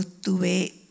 tuve